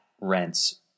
rents